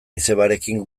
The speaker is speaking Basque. izebarekin